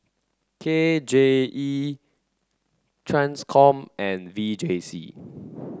K J E TRANSCOM and V J C